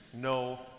No